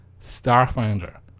Starfinder